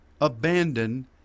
abandon